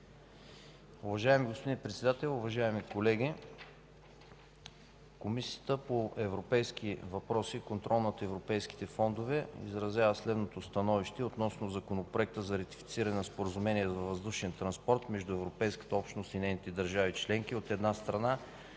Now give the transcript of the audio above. Уважаеми господин Председател, уважаеми колеги! Комисията по европейските въпроси и контрол на европейските фондове изразява следното „СТАНОВИЩЕ относно Законопроект за ратифициране на Споразумение за въздушен транспорт между Европейската общност и нейните държави членки, от една страна,